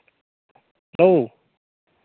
ᱦᱮᱸ